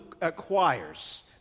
acquires